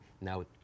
now